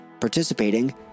participating